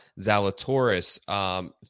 Zalatoris